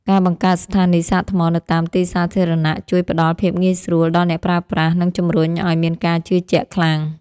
ការបង្កើតស្ថានីយសាកថ្មនៅតាមទីសាធារណៈជួយផ្ដល់ភាពងាយស្រួលដល់អ្នកប្រើប្រាស់និងជំរុញឱ្យមានការជឿជាក់ខ្លាំង។